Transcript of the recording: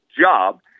job